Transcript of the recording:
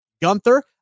Gunther